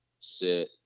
sit